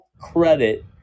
credit